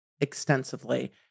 extensively